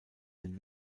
den